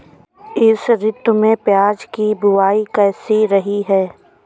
इस ऋतु में प्याज की बुआई कैसी रही है?